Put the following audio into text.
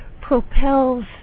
propels